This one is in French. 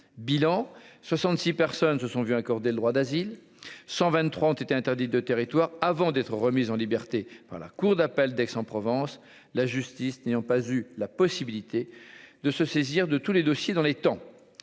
bilan 66 personnes se sont vu accorder le droit d'asile 123 ont été interdits de territoire avant d'être remis en liberté par la cour d'appel d'Aix-en-Provence, la justice n'ayant pas eu la possibilité de se saisir de tous les dossiers dans les temps